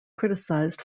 criticized